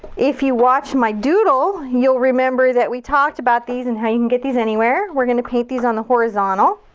if you watch my doodle, you'll remember that we talked about these and how you can get these anywhere. we're gonna paint these on the horizontal.